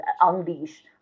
unleash